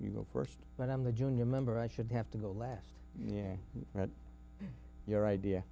you go first but i'm the junior member i should have to go last year your idea